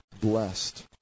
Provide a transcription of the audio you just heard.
Blessed